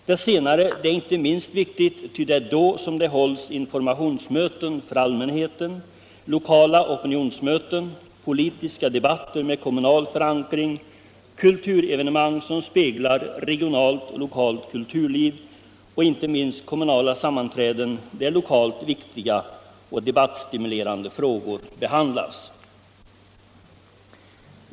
Det senare är inte minst viktigt, ty det är då som det hålls informationsmöten för allmänheten, lokala opinionsmöten, politiska debatter med kommunal förankring, kulturevenemang som speglar regionalt och lokalt kulturliv och inte minst kommunala sammanträden, där lokalt viktiga och debattstimulerande frågor behandlas.